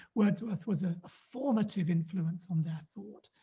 wordsworth was a formative influence on their thought.